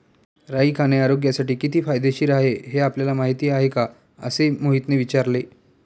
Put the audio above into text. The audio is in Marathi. राई खाणे आरोग्यासाठी किती फायदेशीर आहे हे आपल्याला माहिती आहे का? असे मोहितने विचारले